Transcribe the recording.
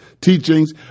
teachings